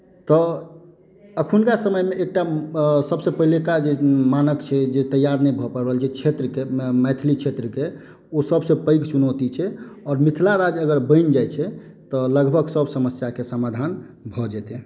तऽ एखुनका समयमे एकटा सभसँ पहिलुका जे मानक छै जे तैआर नहि भऽ पाबि रहल छै क्षेत्रके मैथिली क्षेत्रके ओ सभसँ पैघ चुनौती छै आओर मिथिला राज्य अगर बनि जाइत छै तऽ लगभग सभ समस्याके समाधान भऽ जेतै